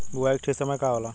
बुआई के ठीक समय का होला?